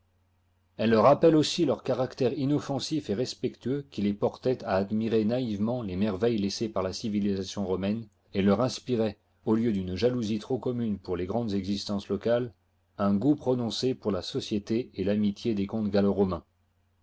elle rappelle aussi leur caractère inoffensif et respectueux qui les portait à admirer naïvement les merveilles laissées par la civilisation romaine et leur inspirait au lieu d'une jalousie trop commune pour les grandes existences locales un goût prononcé pour la société et l'amitié des comtes gallo romains